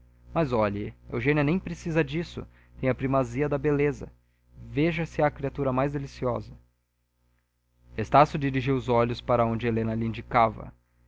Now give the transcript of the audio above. mas olhe eugênia nem precisa disso tem a primazia da beleza veja se há criatura mais deliciosa estácio dirigiu os olhos para onde helena lhe indicava